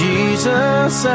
Jesus